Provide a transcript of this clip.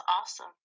awesome